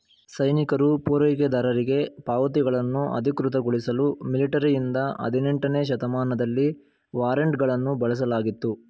ಸೈನಿಕರು ಪೂರೈಕೆದಾರರಿಗೆ ಪಾವತಿಗಳನ್ನು ಅಧಿಕೃತಗೊಳಿಸಲು ಮಿಲಿಟರಿಯಿಂದ ಹದಿನೆಂಟನೇ ಶತಮಾನದಲ್ಲಿ ವಾರೆಂಟ್ಗಳನ್ನು ಬಳಸಲಾಗಿತ್ತು